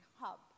hub